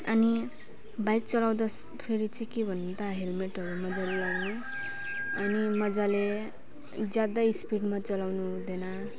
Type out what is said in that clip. अनि बाइक चलाउँदा फेरि चाहिँ के भन्दा हेलमेटहरू मजाले लाउनु अनि मजाले ज्यादा स्पिडमा चलाउनु हुँदैन